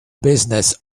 business